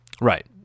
right